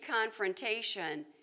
confrontation